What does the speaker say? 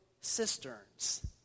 cisterns